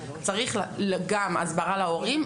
צריך גם הסברה להורים,